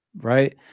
right